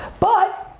but,